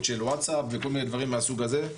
של וואטס אפ וכל מיני דברים מהסוג הזה,